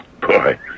Boy